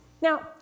Now